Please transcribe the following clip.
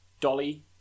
Dolly